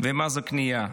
ומה זו כניעה.